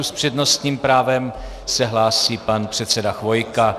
S přednostním právem se hlásí pan předseda Chvojka.